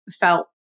felt